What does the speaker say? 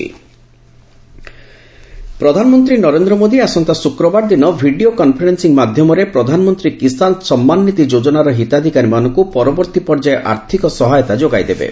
PM କିଶାନ୍ନିଧି ପ୍ରଧାନମନ୍ତ୍ରୀ ନରେନ୍ଦ୍ର ମୋଦୀ ଆସନ୍ତା ଶୁକ୍ରବାର ଦିନ ଭିଡ଼ିଓ କନ୍ଫରେନ୍ନିଂ ମାଧ୍ୟମରେ ପ୍ରଧାନମନ୍ତ୍ରୀ କିଶାନ୍ ସମ୍ମାନନିଧି ଯୋଚ୍ଚନାର ହିତାଧିକାରୀମାନଙ୍କୁ ପରବର୍ତ୍ତୀ ପର୍ଯ୍ୟାୟ ଆର୍ଥିକ ସହାୟତା ଯୋଗାଇଦେବେ